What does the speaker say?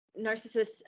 narcissists